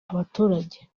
abaturage